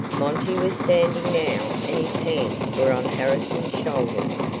monty was standing now and his hands were on harrison's shoulders,